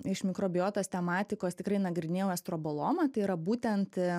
iš mikrobiotos tematikos tikrai nagrinėjau estrobolomą tai yra būtent